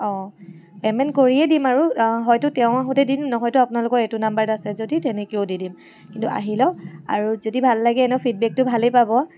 অ' payment কৰিয়ে দিম আৰু হয়তো তেওঁ আহোতে দিম নহয়তো আপোনালোকৰ এইটো নম্বৰত আছে যদি তেনেকেওঁ দি দিম কিন্তু আহি লওক আৰু যদি ভাল লাগে এনেও ফিডবেকটো ভালেই পাব